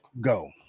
go